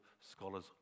scholars